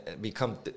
become